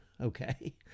okay